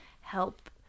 help